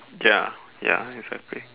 ya ya exactly